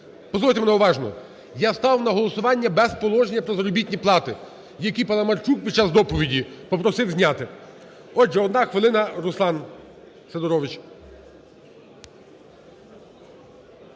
Послухайте мене уважно, я ставив на голосування без положення про заробітні плати, які Паламарчук під час доповіді попросив зняти. Отже, одна хвилина, Руслан Сидорович.